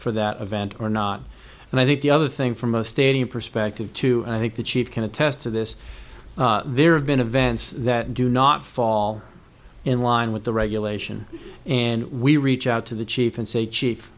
for that event or not and i think the other thing from a stadium perspective too i think the chief can attest to this there have been events that do not fall in line with the regulation and we reach out to the chief and say chief